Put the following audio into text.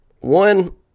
one